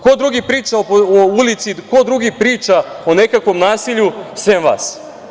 Ko drugi priča o ulici, ko drugi priča o nekakvom nasilju, sem vas?